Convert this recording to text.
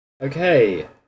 Okay